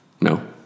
No